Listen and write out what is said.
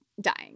dying